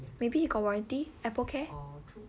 maybe he got warranty Apple care